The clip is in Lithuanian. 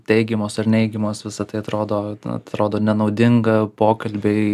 teigiamos ar neigiamos visa tai atrodo atrodo nenaudinga pokalbiui